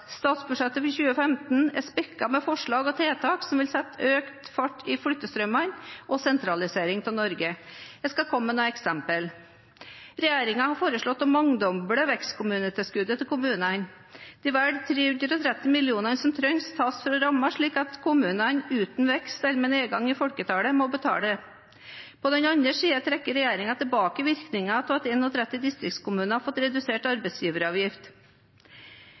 Statsbudsjettet for 2015 er spekket med forslag og tiltak som vil sette økt fart i flyttestrømmene og sentraliseringen av Norge. Jeg skal komme med noen eksempler. Regjeringen har foreslått å mangedoble vekstkommunetilskuddet til kommunene. De vel 330 mill. kr som trengs, tas fra rammene, slik at kommuner uten vekst eller med nedgang i folketallet må betale. På den andre siden trekker regjeringen tilbake virkningen av at 31 distriktskommuner har fått redusert arbeidsgiveravgift